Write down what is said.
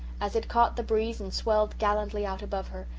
as it caught the breeze and swelled gallantly out above her,